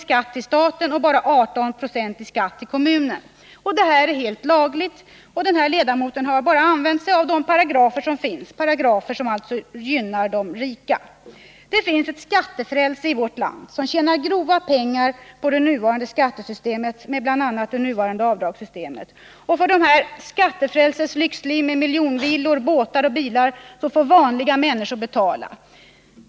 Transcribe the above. i skatt till staten och bara 18 96 i skatt till kommunen. Detta är helt lagligt. Denne ledamot har bara använt sig av de paragrafer som finns, paragrafer som alltså gynnar de rika. Det finns ett skattefrälse i vårt land som tjänar grova pengar på det nuvarande skattesystemet med bl.a. dess avdragssystem. För dessa skattefrälses lyxliv med miljonvillor, båtar och bilar får vanliga människor betala.